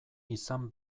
izan